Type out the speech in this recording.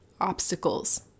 obstacles